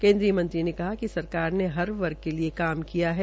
केन्द्रीय मंत्री ने कहा कि सरकार ने हर वर्ग के लिये काम किया है